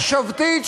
מחשבתית,